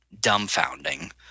dumbfounding